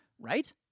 Right